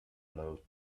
low